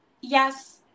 yes